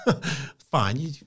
Fine